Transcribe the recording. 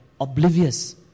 oblivious